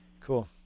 Cool